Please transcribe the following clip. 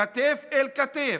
כתף אל כתף,